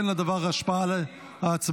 אין לדבר השפעה על ההצבעה.